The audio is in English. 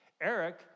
Eric